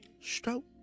Stroke